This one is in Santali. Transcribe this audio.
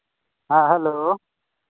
ᱦᱮᱸ ᱦᱮᱞᱳ